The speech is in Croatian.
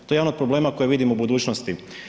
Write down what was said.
To je jedan od problema koji vidim u budućnosti.